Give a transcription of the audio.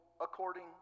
according